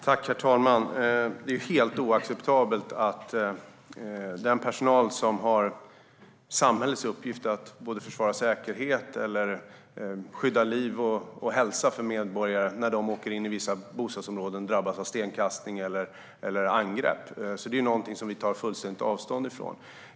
Herr talman! Det är helt oacceptabelt att personal som utför samhällets uppgift att både försvara säkerhet och att skydda medborgares liv och hälsa drabbas av stenkastning eller angrepp när de åker in i vissa bostadsområden. Det är någonting som vi tar fullständigt avstånd ifrån.